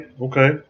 okay